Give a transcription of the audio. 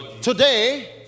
today